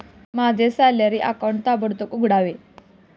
माझं salary account ताबडतोब उघडावे